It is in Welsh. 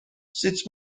sut